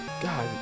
God